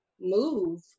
move